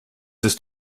ist